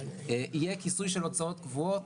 יהיה כיסוי של הוצאות קבועות,